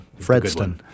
Fredston